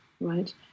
right